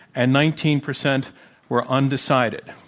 and nineteen percent were undecided.